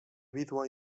vídua